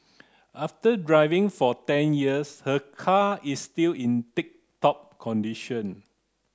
after driving for ten years her car is still in tip top condition